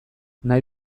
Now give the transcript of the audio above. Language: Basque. nahi